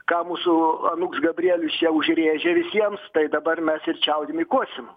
ką mūsų anūks gabrielius čia užrėžė visiems tai dabar mes ir čiaudim ir kosim